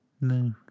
No